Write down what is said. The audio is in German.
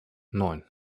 neun